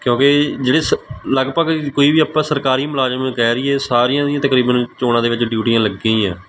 ਕਿਉਂਕਿ ਜਿਹੜੇ ਸ ਲਗਭਗ ਕੋਈ ਵੀ ਆਪਾਂ ਸਰਕਾਰੀ ਮੁਲਾਜ਼ਮ ਕਹਿ ਲਈਏ ਸਾਰਿਆ ਦੀਆ ਤਕਰੀਬਨ ਚੋਣਾਂ ਦੇ ਵਿੱਚ ਡਿਊਟੀਆਂ ਲੱਗੀਆ ਹੀ ਆ